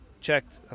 checked